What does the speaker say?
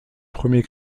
premier